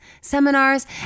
seminars